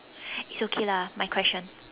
it's okay lah my question